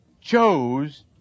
chose